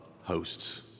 hosts